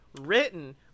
written